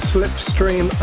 Slipstream